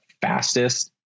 fastest